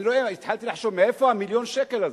התחלתי לחשוב מאיפה המיליון שקל הזה.